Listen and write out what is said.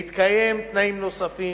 ובהתקיים תנאים נוספים,